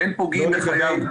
"אין פוגעים בחייו,